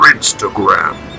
Instagram